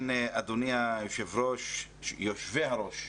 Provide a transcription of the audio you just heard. אדוני היושב-ראש, יושבי-הראש,